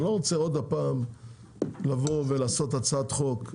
אני לא רוצה עוד הפעם לבוא ולעשות הצעת חוק,